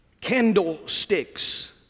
candlesticks